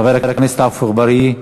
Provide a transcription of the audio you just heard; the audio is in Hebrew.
חבר הכנסת עפו אגבאריה.